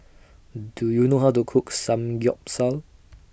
Do YOU know How to Cook Samgyeopsal